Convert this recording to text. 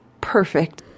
Perfect